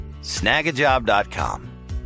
snagajob.com